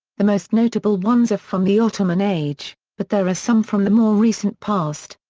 the most notable ones are from the ottoman age, but there are some from the more recent past.